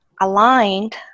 aligned